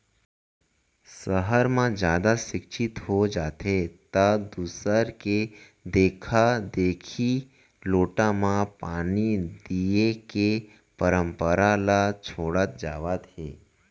सहर म जादा सिक्छित हो जाथें त दूसर के देखा देखी लोटा म पानी दिये के परंपरा ल छोड़त जावत हें